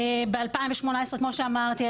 ב-2018 כמו שאמרתי,